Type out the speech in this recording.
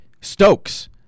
Stokes